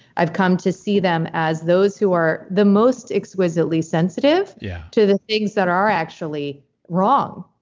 i've come to see them as those who are the most exquisitely sensitive yeah to the things that are actually wrong.